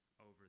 over